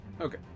Okay